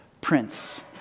prince